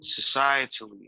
societally